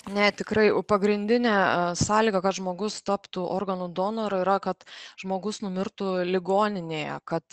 net tikrai pagrindinė sąlyga kad žmogus taptų organų donoru yra kad žmogus numirtų ligoninėje kad